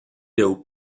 edo